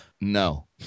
no